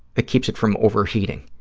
that keeps it from overheating.